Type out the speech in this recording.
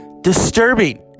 Disturbing